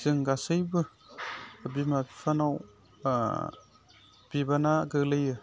जों गासैबो बिमा बिफानाव बिबाना गोग्लैयो